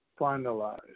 finalized